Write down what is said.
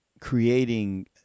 creating